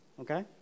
Okay